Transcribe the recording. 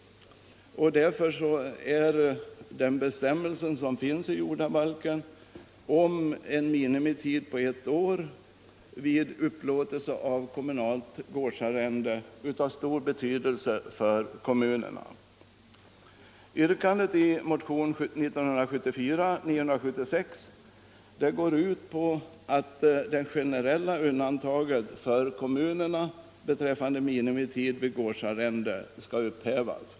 Den bestämmelse som finns i jordabalken om en minimitid på ett år vid upplåtelse av kommunalt gårdsarrende är därför av stor betydelse för kommunerna. Yrkandet i motionen 1974:976 går ut på att det generella undantaget för kommunerna beträffande avtalstiden vid gårdsarrende skall upphävas.